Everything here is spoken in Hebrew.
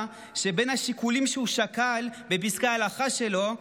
שבין השיקולים שהוא שקל בפסקי הלכה שלו,